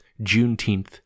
Juneteenth